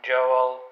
Joel